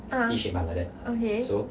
uh okay